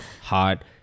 hot